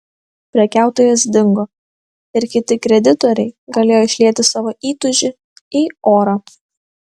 prekiautojas dingo ir kiti kreditoriai galėjo išlieti savo įtūžį į orą